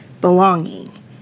Belonging